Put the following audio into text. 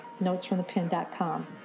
notesfromthepen.com